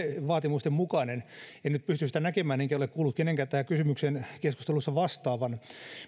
vaatimusten mukainen en nyt pysty sitä näkemään enkä ole kuullut kenenkään tähän kysymykseen keskustelussa vastaavan